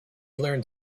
learned